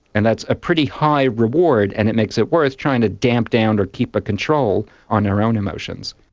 and that's a pretty high reward and it makes it worth trying to damp down or keep a control on their own emotions.